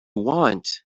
want